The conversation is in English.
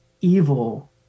evil